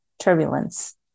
turbulence